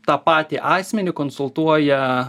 tą patį asmenį konsultuoja